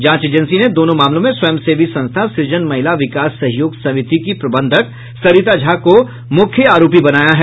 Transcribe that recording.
जांच एजेंसी ने दोनों मामलों में स्वयंसेवी संस्था सृजन महिला विकास सहयोग समिति की प्रबंधक सरिता झा को मुख्य आरोपित बनाया है